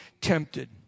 tempted